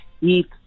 eat